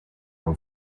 own